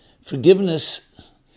Forgiveness